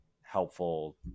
helpful